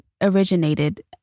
originated